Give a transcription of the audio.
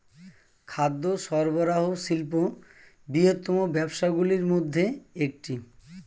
খাদ্য সরবরাহ শিল্প বৃহত্তম ব্যবসাগুলির মধ্যে একটি